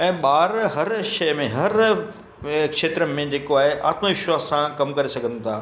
ऐं ॿार हर शइ में हर खेत्र में जेको आहे आत्म विश्वास सां कमु करे सघनि था